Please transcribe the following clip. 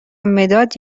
مداد